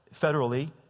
federally